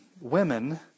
women